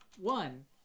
one